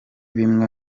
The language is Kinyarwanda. bimwe